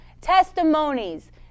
Testimonies